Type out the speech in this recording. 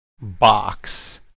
box